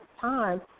time